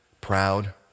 proud